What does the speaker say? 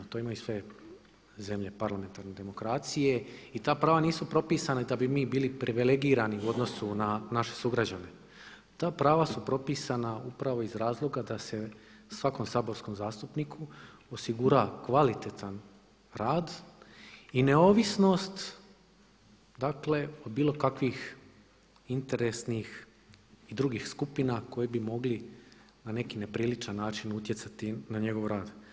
To imaju sve zemlje parlamentarne demokracije i ta prava nisu propisana da bi mi bili privilegirani u odnosu na naše sugrađane, ta prava su propisana upravo iz razloga da se svakom saborskom zastupniku osigura kvalitetan rad i neovisnost, dakle od bilo kakvih interesnih i drugih skupina koji bi mogli na neki nepriličan način utjecati na njegov rad.